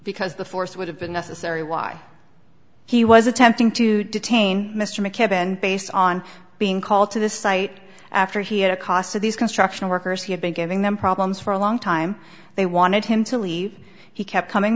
because the force would have been necessary why he was attempting to detain mr mckibben based on being called to this site after he had a cost to these construction workers he had been giving them problems for a long time they wanted him to leave he kept coming